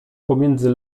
pomiędzy